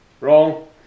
Wrong